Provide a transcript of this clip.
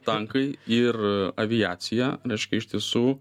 tankai ir aviacija reiškia iš tiesų